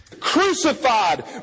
crucified